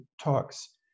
talks